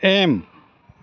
M